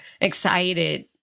excited